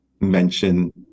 mention